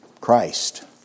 Christ